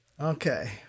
Okay